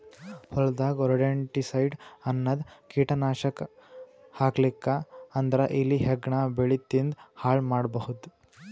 ಹೊಲದಾಗ್ ರೊಡೆಂಟಿಸೈಡ್ಸ್ ಅನ್ನದ್ ಕೀಟನಾಶಕ್ ಹಾಕ್ಲಿಲ್ಲಾ ಅಂದ್ರ ಇಲಿ ಹೆಗ್ಗಣ ಬೆಳಿ ತಿಂದ್ ಹಾಳ್ ಮಾಡಬಹುದ್